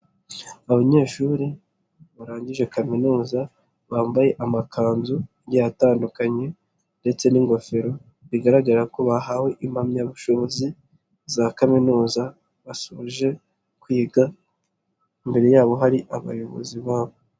Abanyeshuri barangije kaminuza bambaye amakanzu agiye atandukanye ndetse n'ingofero, bigaragara ko bahawe impamyabushobozi za kaminuza basoje kwiga, imbere yabo hari abayobozi babo.